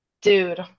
Dude